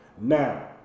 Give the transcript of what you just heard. Now